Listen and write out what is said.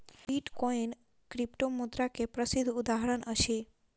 bitcoin क्रिप्टोमुद्रा के प्रसिद्ध उदहारण अछि